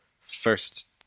first